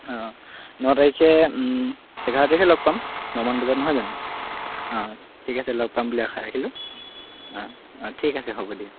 অঁ ন তাৰিখে এঘাৰ তাৰিখে লগ পাম নমান বজাত নহয় জানো অঁ ঠিক আছে লগ পাম বুলি আশা ৰাখিলোঁ অঁ অঁ ঠিক আছে হ'ব দিয়া